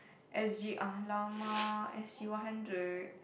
S_G !alamak! S_G one hundred